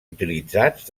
utilitzats